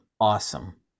awesome